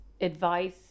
advice